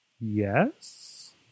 yes